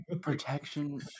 Protection